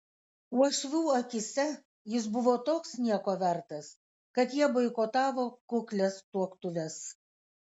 uošvių akyse jis buvo toks nieko vertas kad jie boikotavo kuklias tuoktuves